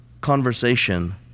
conversation